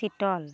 চিতল